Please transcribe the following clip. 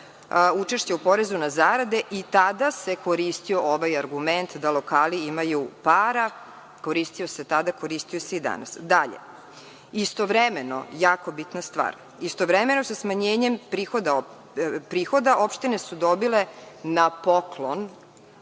učešća u porezu na zarade i tada se koristio ovaj argument da lokali imaju para, koristio se tada, koristi se i danas. Dalje, istovremeno jako bitna stvar, sa smanjenjem prihoda opštine su dobile na poklon,